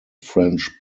french